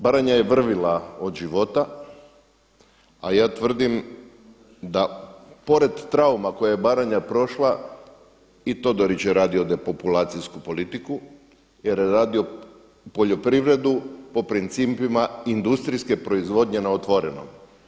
Baranja je vrvjela od života, a ja tvrdim da pored trauma koje je Baranja prošla i Todorić je radio depopulacijsku politiku jer je radio poljoprivredu po principima industrijske proizvodnje na otvorenom.